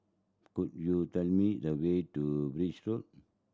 could you tell me the way to Birch Road